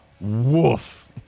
woof